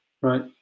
right